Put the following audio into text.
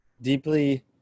deeply